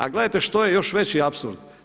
A gledajte što je još veći apsurd.